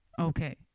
Okay